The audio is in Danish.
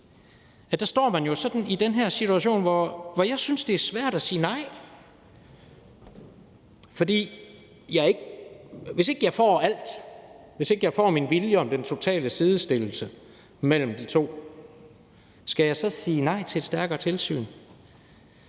at jeg synes, det svært at sige nej, når man står i den her situation. For hvis ikke jeg får alt, hvis ikke jeg får min vilje om den totale sidestillelse mellem de to, skal jeg så sige nej til et stærkere tilsyn?